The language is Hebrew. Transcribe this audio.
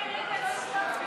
התשע"ה 2015,